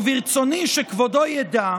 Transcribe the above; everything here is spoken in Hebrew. וברצוני שכבודו ידע,